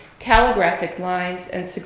calligraphic lines, and